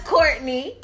Courtney